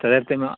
तदर्थम्